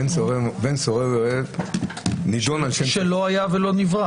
בן סורר ומורה נידון על שם --- שלא היה ולא נברא.